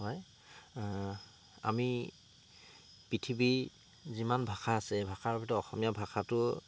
হয় আমি পৃথিৱীৰ যিমান ভাষা আছে ভাষাৰ ভিতৰত অসমীয়া ভাষাটো